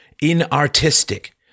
inartistic